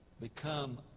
become